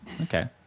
Okay